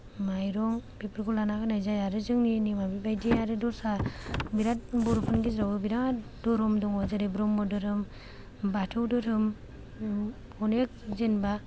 माइरं बेफोरखौ लाना होनाय जायो आरो जोंनि नेमा बेबादि आरो दस्रा बिराद बर'फोरनि गेजेरावबो बिराद धोरोम दङ जेरै ब्रह्म धोरोम बाथौ धोरोम अनेक जेनेबा